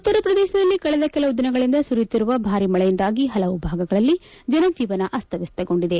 ಉತ್ತರ ಪ್ರದೇಶದಲ್ಲಿ ಕಳೆದ ಕೆಲವು ದಿಸಗಳಿಂದ ಸುರಿಯುತ್ತಿರುವ ಭಾರೀ ಮಳೆಯಿಂದಾಗಿ ಹಲವು ಭಾಗಗಳಲ್ಲಿ ಜನ ಜೇವನ ಅಸ್ತವ್ಸಸ್ತಗೊಂಡಿದೆ